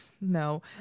no